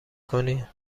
کنی